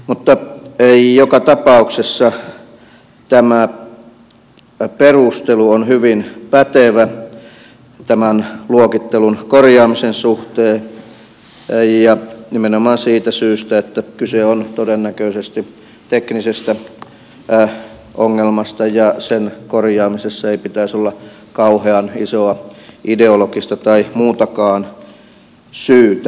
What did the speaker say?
mutta joka tapauksessa tämä perustelu on hyvin pätevä luokittelun korjaamisen suhteen ja nimenomaan siitä syystä että kyse on todennäköisesti teknisestä ongelmasta ja sen korjaamisessa ei pitäisi olla kauhean isoa ideologista tai muutakaan syytä